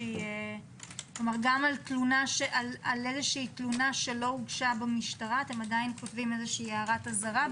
גם על תלונה שלא הוגשה במשטרה אתם עדיין כותבים הערת אזהרה?